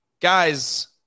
guys